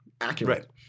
accurate